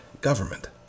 government